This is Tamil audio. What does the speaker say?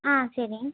ஆ சரி